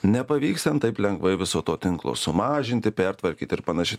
nepavyks ten taip lengvai viso to tinklo sumažinti pertvarkyt ir panašiai